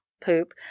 poop